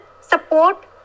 support